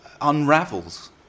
unravels